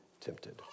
tempted